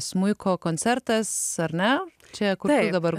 smuiko koncertas ar ne čia kuriai dabar